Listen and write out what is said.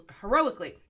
heroically